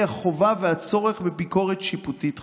בעולם המערבי עם תפיסה חדה לגבי החובה והצורך בביקורת שיפוטית חוקתית.